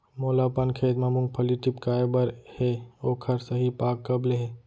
मोला अपन खेत म मूंगफली टिपकाय बर हे ओखर सही पाग कब ले हे?